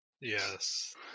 Yes